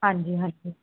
ਹਾਂਜੀ ਹਾਂਜੀ